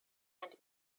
and